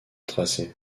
tracé